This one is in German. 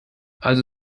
also